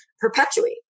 perpetuate